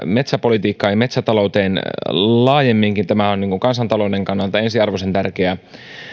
metsäpolitiikkaan ja metsätalouteen laajemminkin tämä on kansantalouden kannalta ensiarvoisen tärkeä